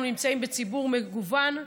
אנחנו נמצאים בציבור מגוון,